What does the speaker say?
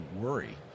worry